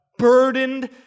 burdened